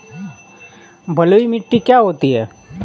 बलुइ मिट्टी क्या होती हैं?